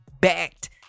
backed